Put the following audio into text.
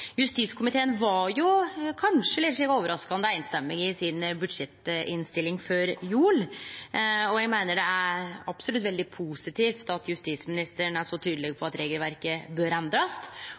Justiskomiteen var, kanskje litt overraskande, samrøystes i si budsjettinnstilling før jul. Eg meiner det absolutt er veldig positivt at justisministeren er så tydeleg på at regelverket bør endrast,